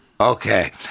Okay